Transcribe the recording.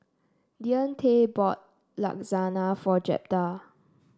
Deante bought Lasagna for Jeptha